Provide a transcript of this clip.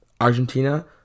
Argentina